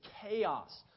chaos